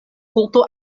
kulto